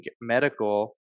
medical